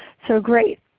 so great.